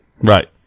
Right